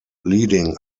leading